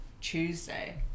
Tuesday